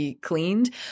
Cleaned